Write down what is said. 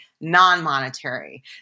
non-monetary